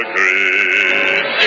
Green